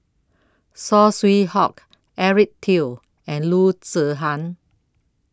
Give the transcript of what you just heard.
Saw Swee Hock Eric Teo and Loo Zihan